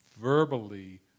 verbally